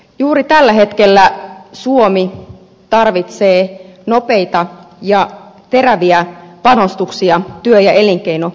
juuri tällä hetkellä suomi tarvitsee nopeita ja teräviä panostuksia työ ja elinkeinoelämään